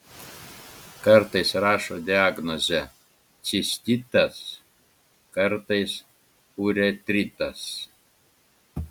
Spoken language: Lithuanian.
kartais rašo diagnozę cistitas kartais uretritas